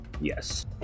Yes